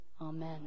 Amen